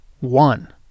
one